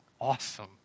awesome